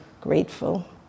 grateful